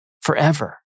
forever